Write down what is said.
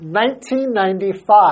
1995